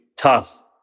Tough